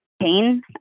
pain